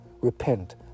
repent